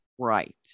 right